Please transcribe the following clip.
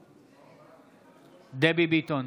נגד דבי ביטון,